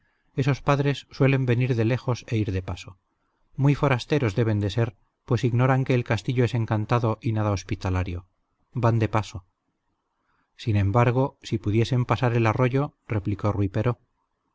esos padres suelen venir de lejos e ir de paso muy forasteros deben de ser pues ignoran que el castillo es encantado y nada hospitalario van de paso sin embargo si pudiesen pasar el arroyo replicó rui pero